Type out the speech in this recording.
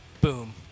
Boom